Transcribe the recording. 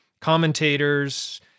commentators